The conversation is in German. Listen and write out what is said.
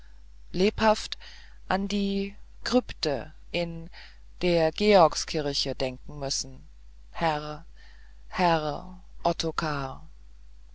lebhaft an die krypte in der georgskirche denken müssen herr herr ottokar